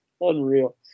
Unreal